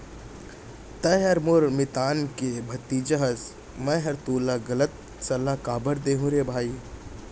तैंहर मोर मितान के भतीजा हस मैंहर तोला गलत सलाव काबर दुहूँ रे भई